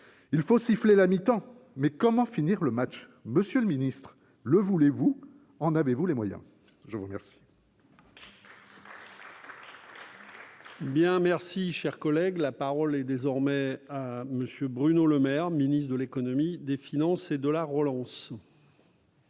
Il faut siffler la mi-temps, mais comment finir le match ? Monsieur le ministre, le souhaitez-vous ? En avez-vous les moyens ? La parole